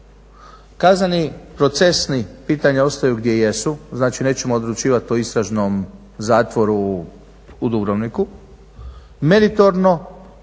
Kazneni procesni pitanja ostaju gdje jesu. Znači nećemo odlučivati o istražnom zatvoru u Dubrovniku. Meritorno